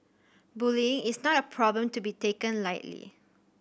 bullying is not a problem to be taken lightly